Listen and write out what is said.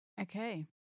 Okay